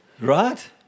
Right